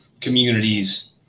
communities